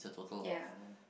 ya